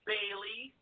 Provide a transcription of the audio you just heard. Bailey